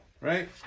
right